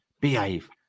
behave